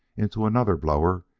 into another blower,